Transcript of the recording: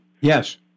Yes